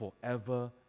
forever